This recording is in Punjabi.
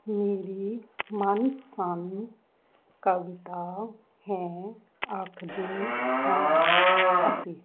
ਮੇਰੀ ਮਨਪਸੰਦ ਕਵਿਤਾ ਹੈ ਆਖਦੇ ਹਾਂ ਅਸੀਂ